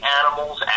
animals